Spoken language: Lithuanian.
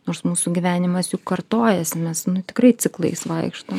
nors mūsų gyvenimas juk kartojasi mes nu tikrai ciklais vaikštom